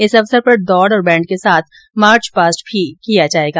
इस अवसर पर दौड़ और बैण्ड के साथ मार्चपास्ट भी किया जायेगा